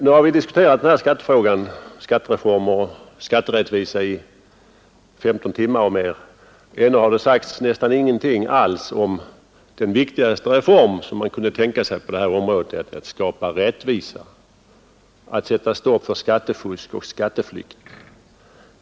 Vi har nu diskuterat frågan om skattereformer och skatterättvisa i 15 timmar eller mer. Ändå har nästan ingenting sagts om den viktigaste reform som man kunde tänka sig på det här området, nämligen att skapa rättvisa och att sätta stopp för skattefusk och skatteflykt.